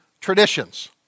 traditions